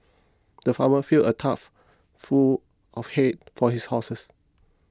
the farmer filled a trough full of hay for his horses